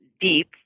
deep